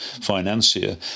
financier